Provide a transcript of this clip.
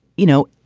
you know,